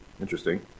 interesting